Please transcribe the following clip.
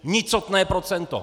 Nicotné procento!